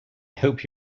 hope